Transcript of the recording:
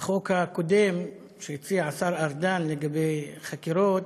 שהחוק הקודם שהציע השר ארדן לגבי חקירות,